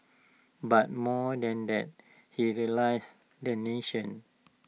but more than that he realise the nation